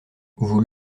vous